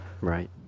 right